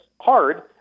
hard